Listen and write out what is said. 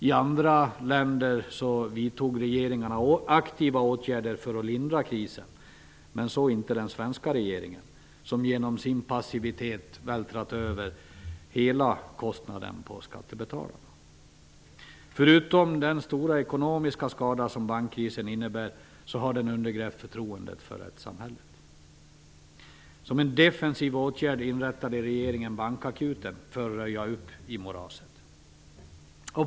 I andra länder vidtog regeringarna aktiva åtgärder för att lindra krisen, men så inte den svenska regeringen, som genom sin passivitet vältrat över hela kostnaden på skattebetalarna. Förutom den stora ekonomiska skada som bankkrisen innebär, har den undergrävt förtroendet för rättssamhället. Som en defensiv åtgärd inrättade regeringen bankakuten för att röja upp i moraset.